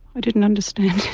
i didn't understand